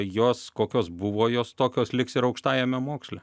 jos kokios buvo jos tokios liks ir aukštajame moksle